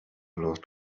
los